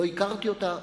לא הכרתי אותה,